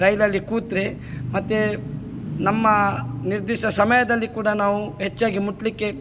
ರೈಲಲ್ಲಿ ಕೂತರೆ ಮತ್ತು ನಮ್ಮ ನಿರ್ದಿಷ್ಟ ಸಮಯದಲ್ಲಿ ಕೂಡ ನಾವು ಹೆಚ್ಚಾಗಿ ಮುಟ್ಟಲಿಕ್ಕೆ